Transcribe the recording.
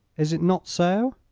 is it not so?